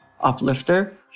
uplifter